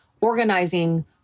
organizing